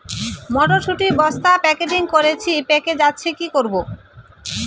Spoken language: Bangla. মটর শুটি বস্তা প্যাকেটিং করেছি পেকে যাচ্ছে কি করব?